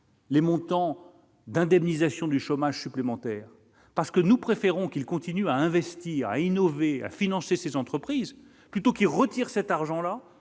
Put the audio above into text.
Les montants d'indemnisation du chômage supplémentaire parce que nous préférons qu'ils continuent à investir, innover à financer ces entreprises plutôt qui retire cet argent-là